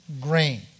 grain